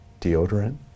deodorant